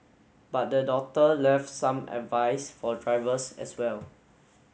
but the daughter left some advice for drivers as well